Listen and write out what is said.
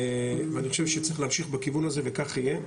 אני חושב שצריך להמשיך בכיוון הזה, וכך יהיה.